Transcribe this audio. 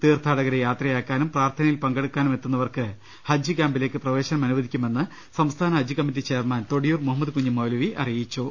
തീർത്ഥാ ടകരെ യാത്രയാക്കാനും പ്രാർത്ഥനയിൽ പങ്കെടുക്കാനും എത്തുന്നവർക്ക് ഹജ്ജ് ക്യാംപിലേക്ക് പ്രവേശനം അനുവദിക്കുമെന്ന് സംസ്ഥാന ഹജ്ജ് കമ്മിറ്റി ചെയർമാൻ തൊടിയുർ മുഹമ്മദ് കുഞ്ഞി മൌലവി പറഞ്ഞു